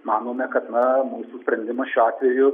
manome kad na mūsų sprendimas šiuo atveju